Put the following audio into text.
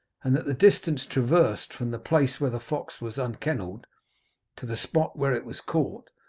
and that the distance traversed from the place where the fox was unkennelled to the spot where it was caught,